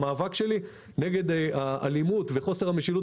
המאבק שלי נגד האלימות וחוסר המשילות